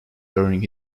during